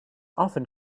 often